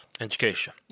Education